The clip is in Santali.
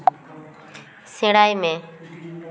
ᱥᱮᱬᱟᱭ ᱢᱮ